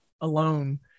alone